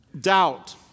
doubt